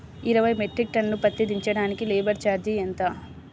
ఇరవై metric ton పత్తి దించటానికి లేబర్ ఛార్జీ ఎంత?